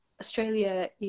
Australia